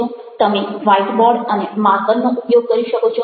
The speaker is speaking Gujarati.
અને તમે વ્હાઇટ બોર્ડ અને માર્કર નો ઉપયોગ કરી શકો છો